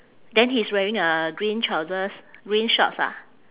then he's wearing a green trousers green shorts ah